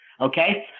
okay